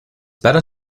better